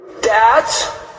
Dad